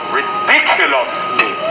ridiculously